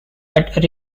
but